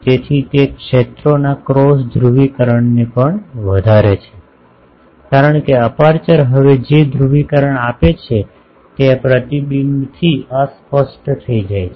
તેથી તે ક્ષેત્રોના ક્રોસ ધ્રુવીકરણને પણ વધારે છે કારણ કે અપેર્ચર હવે જે ધ્રુવીકરણ આપે છે તે આ પ્રતિબિંબથી અસ્પષ્ટ થઈ જાય છે